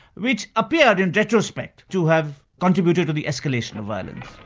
which appear in retrospect to have contributed to the escalation of violence.